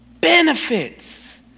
Benefits